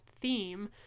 theme